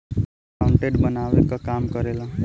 accountant बनावे क काम करेला